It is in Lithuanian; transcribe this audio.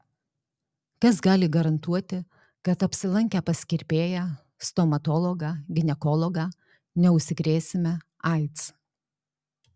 kas gali garantuoti kad apsilankę pas kirpėją stomatologą ginekologą neužsikrėsime aids